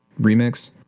remix